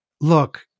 Look